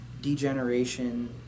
Degeneration